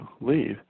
leave